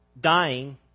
dying